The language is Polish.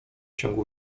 ciągu